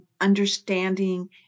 understanding